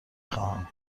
خواهم